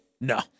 No